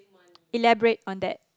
elaborate on that